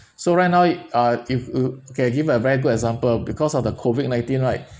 so right now ah if you okay I give a very good example because of the COVID nineteen right